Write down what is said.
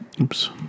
Oops